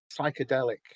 psychedelic